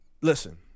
Listen